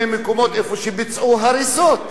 אה.